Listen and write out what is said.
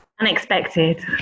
unexpected